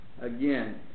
again